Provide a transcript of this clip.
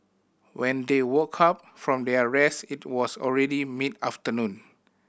when they woke up from their rest it was already mid afternoon